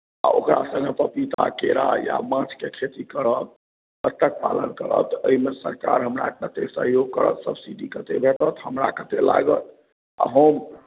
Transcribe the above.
आ ओकरा सङ्गे पपीता केरा या माँछके खेती करब बत्तख पालन करब तऽ अइमे सरकार हमरा कतेक सहयोग करत सब्सिडी कतेक भेटत हमरा कतेक लागत आ हम